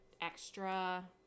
extra